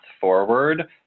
forward